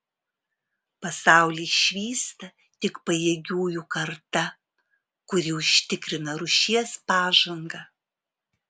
pasaulį išvysta tik pajėgiųjų karta kuri užtikrina rūšies pažangą